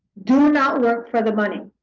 do not work for the money.